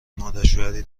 مادرشوهری